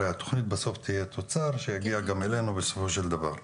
אחרי התכנית בסוף יהיה תוצר שיגיע גם אלינו בסופו של דבר.